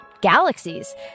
galaxies